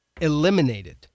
eliminated